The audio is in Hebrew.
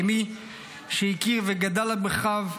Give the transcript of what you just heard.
כמי שהכיר וגדל על ברכיו.